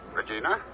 Regina